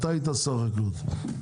אתה היית שר החקלאות,